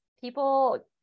people